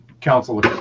Council